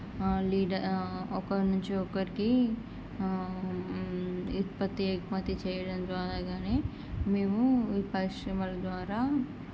leader ఒకరి నుంచి ఒకరికి ఉత్పత్తి ఎగుమతి చేయడం ద్వారా కానీ మేము పరిశ్రమల ద్వారా